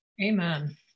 Amen